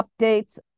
updates